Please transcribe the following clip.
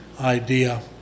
idea